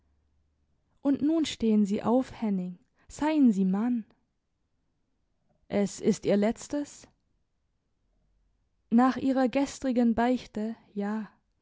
und nun stehen sie auf henning seien sie mann es ist ihr letztes nach ihrer gestrigen beichte ja